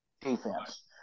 defense